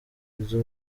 izo